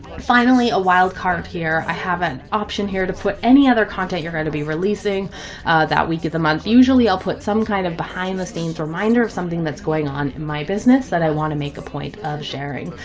finally a wild card here. i have an option here to put any other content you're going to be releasing a that week of the month. usually i'll put some kind of behind the scenes reminder of something that's going on in my business that i want to make a point of sharing.